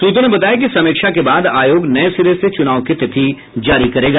सूत्रों ने बताया कि समीक्षा के बाद आयोग नए सिरे से चुनाव की तिथि जारी करेगा